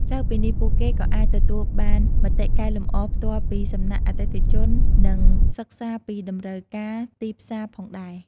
ក្រៅពីនេះ ពួកគេក៏អាចទទួលបានមតិកែលម្អផ្ទាល់ពីសំណាក់អតិថិជន និងសិក្សាពីតម្រូវការទីផ្សារផងដែរ។